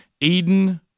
Eden